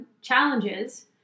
challenges